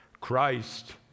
Christ